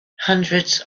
hundreds